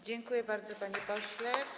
Dziękuję bardzo, panie pośle.